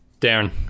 Darren